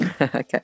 Okay